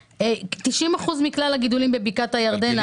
90% מכלל הגידולים בבקעת הירדן,